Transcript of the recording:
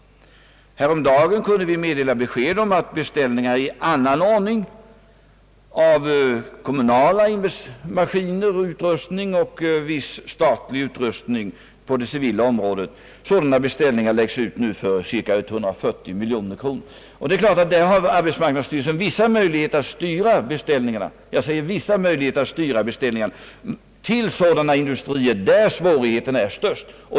Häromdagen kunde vi ge besked om att beställningar i annan ordning av kommunala maskiner och utrustning och viss statlig utrustning på det civila området lagts ut. Sådana beställningar läggs nu ut för cirka 140 miljoner kronor. Där har arbetsmarknadsstyrelsen vissa möjligheter att styra beställningarna till industrier där svårigheterna är störst.